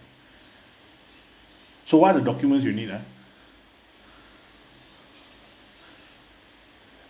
so what are the documents you need ah